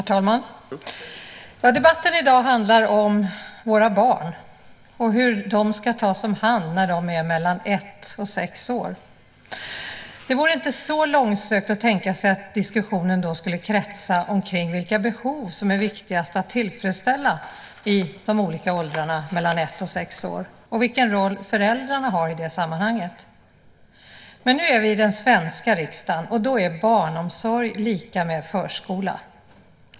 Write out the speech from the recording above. Herr talman! Debatten i dag handlar om våra barn och hur de ska tas om hand när de är mellan ett och sex år. Det vore inte så långsökt att tänka sig att diskussionen då skulle kretsa omkring vilka behov som är viktigast att tillfredsställa i de olika åldrarna mellan ett och sex år och vilken roll föräldrarna har i det sammanhanget. Men nu är vi i den svenska riksdagen, och då är barnomsorg lika med förskola.